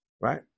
Right